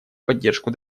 поддержку